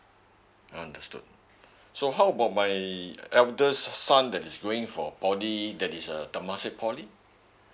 I understood so how about my eldest son that is going for poly that is uh temasek poly